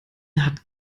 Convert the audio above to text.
hat